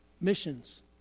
missions